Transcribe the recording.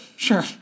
Sure